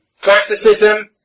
classicism